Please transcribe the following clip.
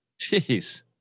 Jeez